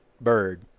bird